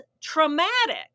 traumatic